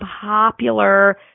popular